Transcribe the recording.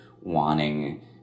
wanting